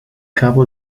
capo